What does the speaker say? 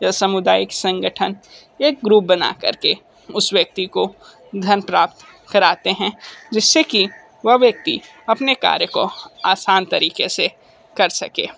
सामुदायिक संगठन एक ग्रुप बना करके उस व्यक्ति को धन प्राप्त कराते हैं जिससे की वह व्यक्ति अपने कार्य को आसान तरीके से कर सके